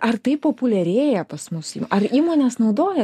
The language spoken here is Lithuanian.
ar tai populiarėja pas mus ar įmonės naudoja